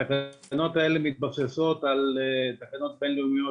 התקנות האלה מתבססות על תקנות בינלאומיות